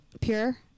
Pure